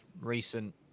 recent